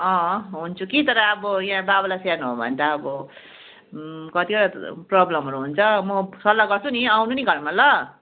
हुन्छु कि तर अब यहाँ बाबालाई स्याहार्नु हो भने त अब कतिवटा प्रब्लमहरू हुन्छ म सल्लाह गर्छु नि आउनु नि घरमा ल